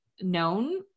known